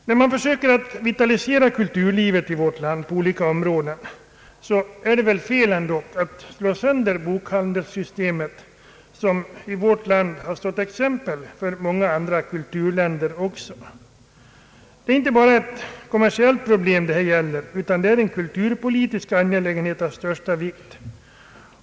När man nu försöker att vitalisera kulturlivet i vårt land på olika områden är det fel att slå sönder ett bokhandelssystem som har stått som ett exempel för många andra kulturländer. Det gäller här inte bara ett kommersiellt problem utan en kulturpolitisk angelägenhet av största vikt.